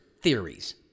theories